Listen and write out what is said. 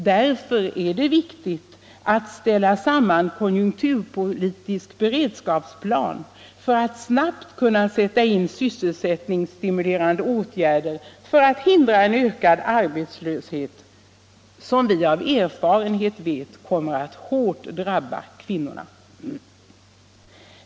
Därför är det viktigt att ställa samman en konjunkturpolitisk beredskapsplan så att vi snabbt kan sätta in sysselsättningsstimulerande åtgärder för att hindra en ökad arbetslöshet, som vi av erfarenhet vet kommer att drabba kvinnorna.